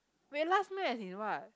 wait last meal as in what